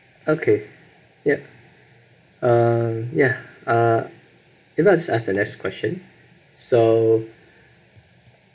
okay yup uh ya uh can I ask ask the next question so